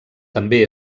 també